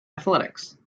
athletics